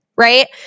Right